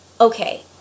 okay